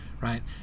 right